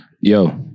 Yo